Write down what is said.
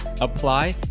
apply